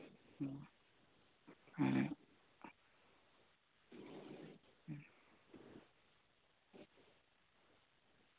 ᱦᱮᱸ